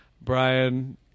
Brian